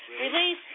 Release